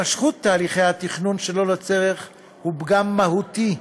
התמשכות תהליכי התכנון שלא לצורך היא פגם מהותי,